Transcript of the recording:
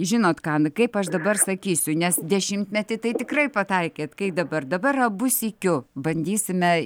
žinot ką nu kaip aš dabar sakysiu nes dešimtmetį tai tikrai pataikėt kaip dabar dabar abu sykiu bandysime